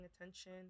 attention